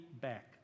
back